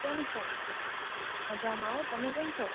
કેમ છો મજામાં હો તમે કેમ છો